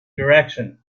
direction